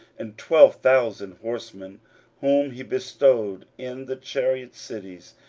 and twelve thousand horsemen whom he bestowed in the chariot cities,